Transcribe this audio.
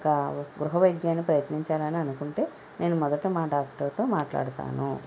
ఒక గృహ వైద్యాన్ని ప్రయత్నించాలని అనుకుంటే నేను మొదట మా డాక్టర్తో మాట్లాడుతాను